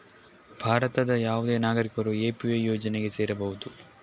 ಭಾರತದ ಯಾವುದೇ ನಾಗರಿಕರು ಎ.ಪಿ.ವೈ ಯೋಜನೆಗೆ ಸೇರಬಹುದು